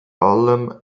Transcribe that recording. allem